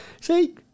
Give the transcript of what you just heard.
See